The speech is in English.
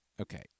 okay